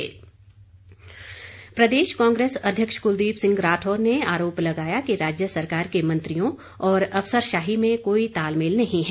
कांग्रेस प्रदेश कांग्रेस अध्यक्ष कुलदीप सिंह राठौर ने आरोप लगाया कि राज्य सरकार के मंत्रियों और अफसरशाही में कोई तालमेल नहीं है